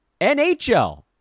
NHL